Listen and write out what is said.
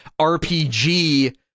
RPG